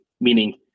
meaning